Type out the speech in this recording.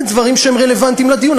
דברים שהם רלוונטיים לדיון,